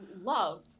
love